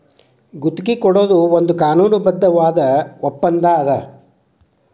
ಗುತ್ತಿಗಿ ಕೊಡೊದು ಒಂದ್ ಕಾನೂನುಬದ್ಧವಾದ ಒಪ್ಪಂದಾ ಅದ